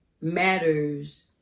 matters